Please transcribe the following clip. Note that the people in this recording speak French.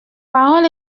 parole